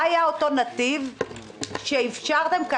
מה היה אותו נתיב שאפשרתם אז?